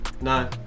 No